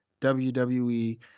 wwe